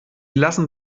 lassen